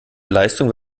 leistung